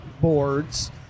boards